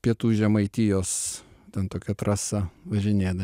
pietų žemaitijos ten tokia trasa važinėda